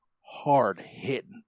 hard-hitting